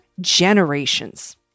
generations